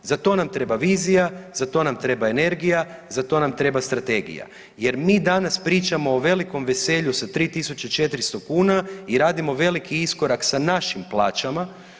Za to nam treba vizija, za to nam treba energija, za to nam treba strategija jer mi danas pričamo o velikom veselju sa 3400 kuna i radimo veliki iskorak sa našim plaćama.